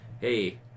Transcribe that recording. hey